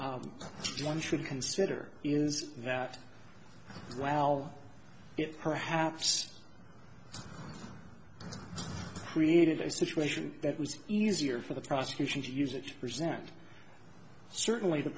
one should consider is that well perhaps created a situation that was easier for the prosecution to use it present certainly the